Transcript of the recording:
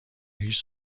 هیچ